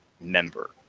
member